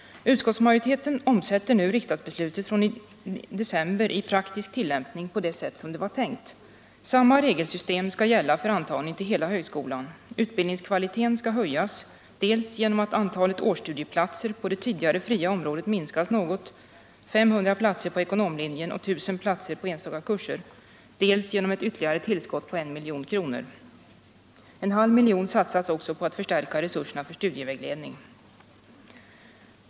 Utskottsmajoriteten omsätter nu riksdagsbeslutet från december i praktisk tillämpning på det sätt som det var tänkt. Samma regelsystem skall gälla för antagning till hela högskolan. Utbildningens kvalitet höjs dels genom att antalet årsstudieplatser på det tidigare fria området minskas något — 500 platser på ekonomlinjen och 1 000 platser på enstaka kurser — dels genom ett ytterligare tillskott på 1 milj.kr. Man satsar också 0,5 milj.kr. på att förstärka resurserna för studievägledning.